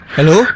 Hello